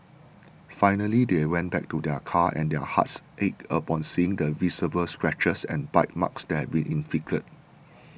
finally they went back to their car and their hearts ached upon seeing the visible scratches and bite marks that had been inflicted